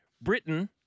Britain